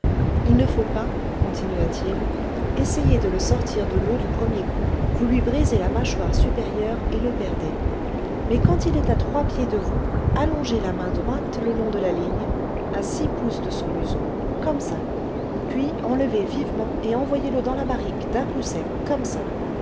il ne faut pas continua-t-il essayer de le sortir de l'eau du premier coup vous lui brisez la mâchoire supérieure et le perdez mais quand il est à trois pieds de vous allongez la main droite le long de la ligne à six pouces de son museau comme ça puis enlevez vivement et envoyez-le dans la barrique d'un coup sec comme ça